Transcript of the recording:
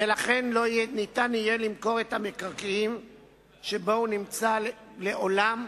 ולכן לא ניתן יהיה למכור את המקרקעין שבו הוא נמצא לעולם,